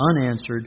unanswered